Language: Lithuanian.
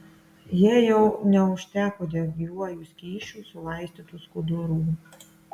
jai jau neužteko degiuoju skysčiu sulaistytų skudurų